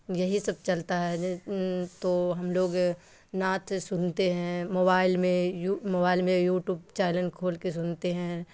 یہی سب چلتا ہے تو ہم لوگ نعت سنتے ہیں موبائل میں موبائل میں یوٹوب چینل کھول کے سنتے ہیں